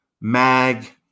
Mag